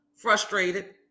frustrated